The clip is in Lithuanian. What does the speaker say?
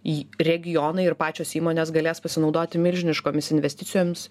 į regioną ir pačios įmonės galės pasinaudoti milžiniškomis investicijoms